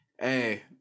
hey